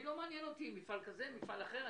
לא מעניין אותי מפעל כזה או מפעל אחר,